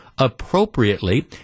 appropriately